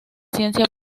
ciencia